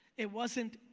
it wasn't,